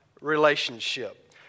relationship